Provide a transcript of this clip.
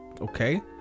okay